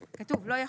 כתוב לא יחולו,